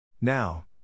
Now